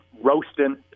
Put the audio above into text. roasting